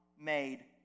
made